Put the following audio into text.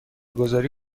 گذاری